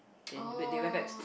orh